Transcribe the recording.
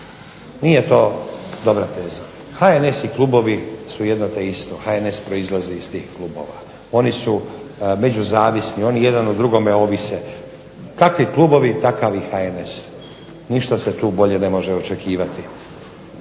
Nije to dobra teza. HNS i klubovi su jedno te isto, HNS proizlazi iz tih klubova. Oni su međuzavisni, oni o jedni drugima ovise. Kakvi klubovi takav i HNS, ništa se tu ne može bolje očekivati.